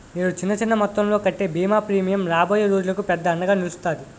నేడు చిన్న చిన్న మొత్తంలో కట్టే బీమా ప్రీమియం రాబోయే రోజులకు పెద్ద అండగా నిలుస్తాది